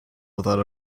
without